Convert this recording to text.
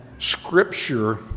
Scripture